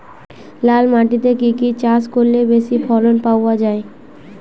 লাল মাটিতে কি কি চাষ করলে বেশি ফলন পাওয়া যায়?